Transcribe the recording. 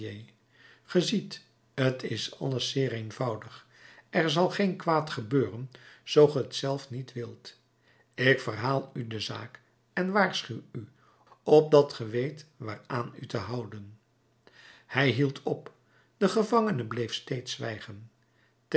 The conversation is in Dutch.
ge ziet t is alles zeer eenvoudig er zal geen kwaad gebeuren zoo ge t zelf niet wilt ik verhaal u de zaak en waarschuw u opdat ge weet waaraan u te houden hij hield op de gevangene bleef steeds